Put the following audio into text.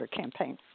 campaign